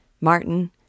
Martin